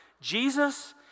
Jesus